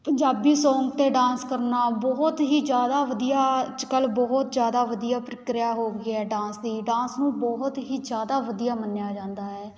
Punjabi song 'ਤੇ dance ਕਰਨਾ ਬਹੁਤ ਹੀ ਜ਼ਿਆਦਾ ਵਧੀਆ ਅੱਜ ਕੱਲ੍ਹ ਬਹੁਤ ਜ਼ਿਆਦਾ ਵਧੀਆ ਪ੍ਰਕਿਰਿਆ ਹੋ ਗਈ ਏ ਡਾਂਸ ਦੀ ਡਾਂਸ ਨੂੰ ਬਹੁਤ ਹੀ ਜ਼ਿਆਦਾ ਵਧੀਆ ਮੰਨਿਆ ਜਾਂਦਾ ਹੈ